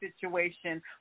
situation